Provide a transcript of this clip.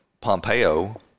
Pompeo